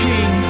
King